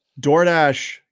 DoorDash